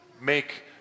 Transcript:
make